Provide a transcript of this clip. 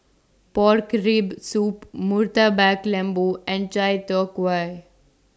Pork Rib Soup Murtabak Lembu and Chai Tow Kuay